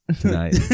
tonight